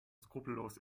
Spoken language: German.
skrupellos